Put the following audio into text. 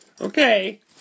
okay